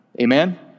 Amen